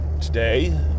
today